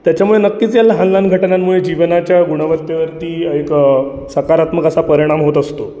त्याच्यामुळे नक्कीच या लहान लहान घटनांमुळे जीवनाच्या गुणवत्तेवरती एक सकारात्मक असा परिणाम होत असतो